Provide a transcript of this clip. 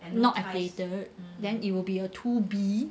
and not affiliated so then it will be a two B